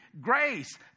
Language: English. grace